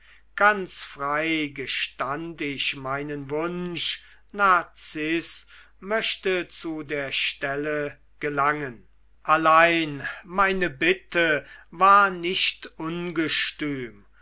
ganz frei gestand ich meinen wunsch narziß möchte zu der stelle gelangen allein meine bitte war nicht ungestüm